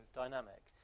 dynamic